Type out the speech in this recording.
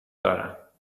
دارم